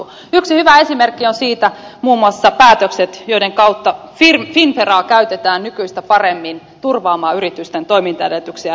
yksi hyvä esimerkki siitä ovat muun muassa päätökset joiden kautta finnveraa käytetään nykyistä paremmin turvaamaan yritysten toimintaedellytyksiä ja rahoitusta